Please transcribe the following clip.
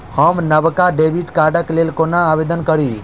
हम नवका डेबिट कार्डक लेल कोना आवेदन करी?